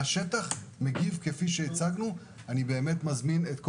השטח מגיב כפי שהצגנו ואני מזמין כל